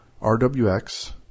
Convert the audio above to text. rwx